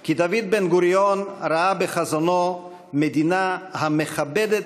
כי דוד בן-גוריון ראה בחזונו מדינה המכבדת